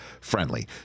friendly